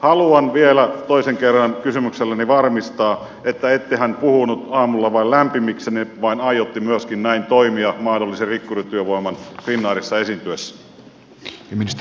haluan vielä toisen kerran kysymykselläni varmistaa että ettehän puhunut aamulla vain lämpimiksenne vaan aiotte myöskin näin toimia mahdollisen rikkurityövoiman finnairissa esiintyessä